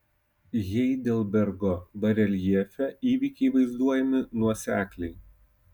heidelbergo bareljefe įvykiai vaizduojami nuosekliai